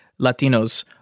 Latinos